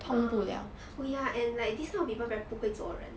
ah oh ya and like this kind of people very 不会做人